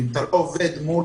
אם אתה לא עובד מול